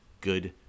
good